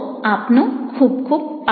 આપનો ખૂબ ખૂબ આભાર